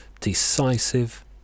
decisive